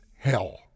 Hell